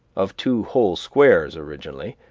of two whole squares originally,